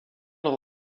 rend